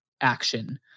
action